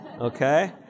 okay